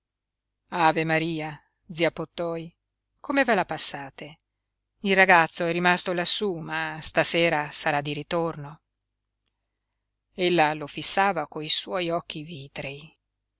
ave maria zia pottoi come ve la passate il ragazzo è rimasto lassú ma stasera sarà di ritorno ella lo fissava coi suoi occhi vitrei